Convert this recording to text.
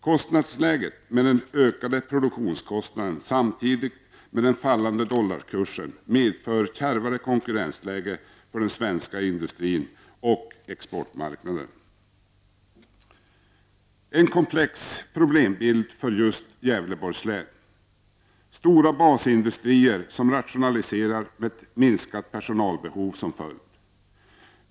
Kostnadsläget, med ökade produktionskostnader, samtidigt med den fallande dollarkursen medför kärvare konkurrensläge för den svenska industrin på exportmarknaden. Det ger en komplex problembild för just Gävleborgs län. Stora basindustrier rationaliserar, med minskat personalbehov som följd.